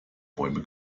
bäume